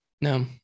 no